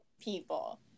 people